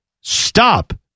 stop